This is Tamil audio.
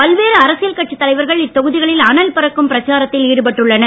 பல்வேறு அரசியல் கட்சித் தலைவர்கள் இத்தொகுதிகளில் அனல் பறக்கும் பிரச்சாரத்தில் ஈடுபட்டுள்ளனர்